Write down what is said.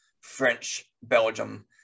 French-Belgium